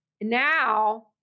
now